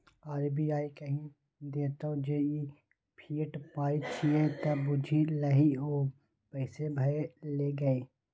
RBI कहि देतौ जे ई फिएट पाय छियै त बुझि लही ओ पैसे भए गेलै